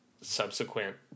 subsequent